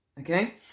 okay